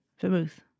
vermouth